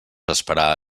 esperar